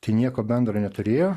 tai nieko bendro neturėjo